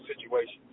situation